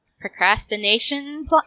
Procrastination